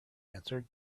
answered